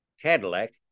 Cadillac